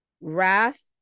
wrath